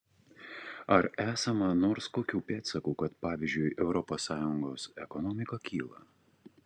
ar esama nors kokių pėdsakų kad pavyzdžiui europos sąjungos ekonomika kyla